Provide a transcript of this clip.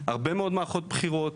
הרבה מאוד מערכות בחירות.